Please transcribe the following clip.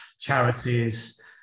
charities